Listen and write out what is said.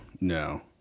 no